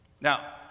Now